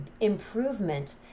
improvement